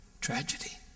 tragedy